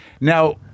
now